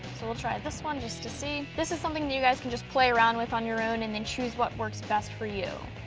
so we'll try this one just to see. this is something that you guys can just play around with on your own and then choose what works best for you.